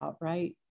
right